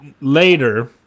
later